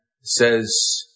says